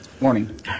Morning